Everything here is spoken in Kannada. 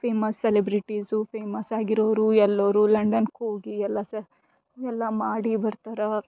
ಫೇಮಸ್ ಸೆಲೆಬ್ರೆಟೀಸು ಫೇಮಸ್ ಆಗಿರೋರು ಎಲ್ಲರು ಲಂಡನ್ಗೆ ಹೋಗಿ ಎಲ್ಲ ಸಹ ಎಲ್ಲ ಮಾಡಿ ಬರ್ತಾರೆ